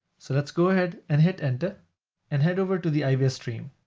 so let's go ahead and hit enter and head over to the ivs stream.